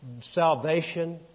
salvation